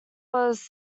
was